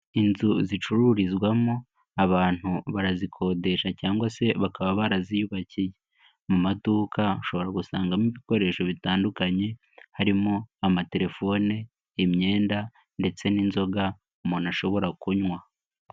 Inzu zicururizwamo abantu barazikodesha cyangwa se bakaba baraziyubakiye, mu maduka gusangamo ibikoresho bitandukanye; harimo amatelefone, imyenda ndetse n'inzoga umuntu ashobora kunywa.